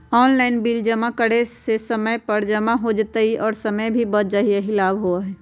Online bill जमा करे से समय पर जमा हो जतई और समय भी बच जाहई यही लाभ होहई?